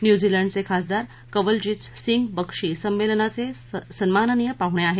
न्यूझीलंडचे खासदार कंवलंजीत सिंग बक्षी संमेलनाचे सन्माननीय पाहुणे आहेत